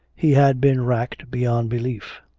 he had been racked beyond belief.